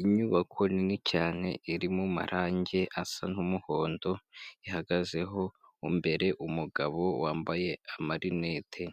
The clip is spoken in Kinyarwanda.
Inyubako nini cyane iri mu mumarangi asa nk'umuhondo ihagazeho imbere umugabo wambaye amarinete,